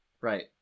Right